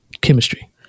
chemistry